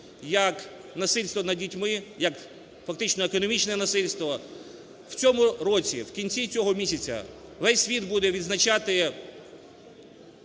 як насильство над дітьми, як, фактично, економічне насильство. В цьому році, в кінці цього місяця весь світ буде відзначати